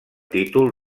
títol